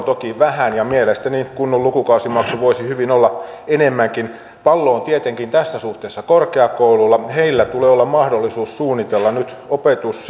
toki vähän ja mielestäni kun on lukukausimaksu voisi hyvin olla enemmänkin pallo on tietenkin tässä suhteessa korkeakouluilla heillä tulee olla mahdollisuus suunnitella nyt opetus